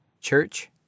church